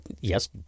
yes